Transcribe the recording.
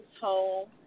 home